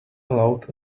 allowed